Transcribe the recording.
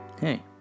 Hey